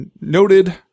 noted